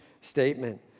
statement